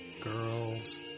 girls